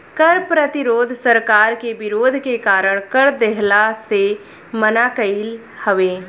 कर प्रतिरोध सरकार के विरोध के कारण कर देहला से मना कईल हवे